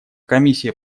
комиссия